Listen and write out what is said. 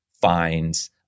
fines